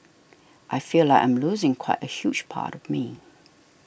I feel like I'm losing quite a huge part of me